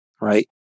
right